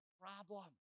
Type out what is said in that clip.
problem